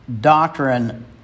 doctrine